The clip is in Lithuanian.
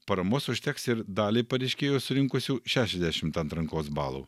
paramos užteks ir daliai pareiškėjų surinkusių šešiasdešimt atrankos balų